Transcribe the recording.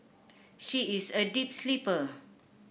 she is a deep sleeper